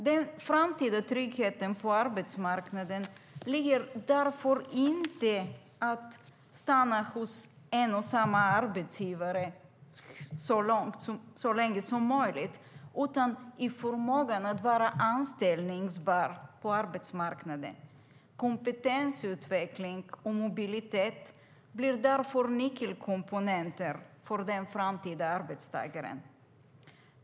Den framtida tryggheten på arbetsmarknaden ligger därför inte i att stanna hos en och samma arbetsgivare så länge som möjligt utan i förmågan att vara anställbar på arbetsmarknaden. Kompetensutveckling och mobilitet blir därför nyckelkomponenter för den framtida arbetstagaren.